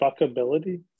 Fuckability